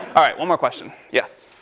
one more question. yes.